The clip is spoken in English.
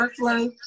workflow